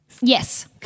Yes